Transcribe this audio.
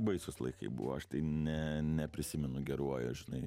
baisūs laikai buvo aš tai ne neprisimenu geruoju žinai